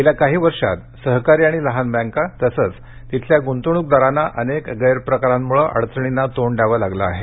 गेल्या काही वर्षात सहकारी आणि लहान बँका तसच तिथल्या गुंतवणूकदारांना अनेक गैरप्रकारांमुळे अडचणींना तोंड द्यावं लागलं आहे